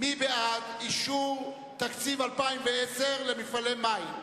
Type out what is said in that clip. מי בעד אישור תקציב 2010 למפעלי מים?